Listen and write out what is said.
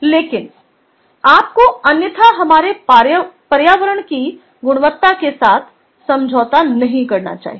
लेकिन आपको अन्यथा हमारे पर्यावरण की गुणवत्ता के साथ समझौता नहीं करना चाहिए